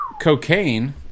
cocaine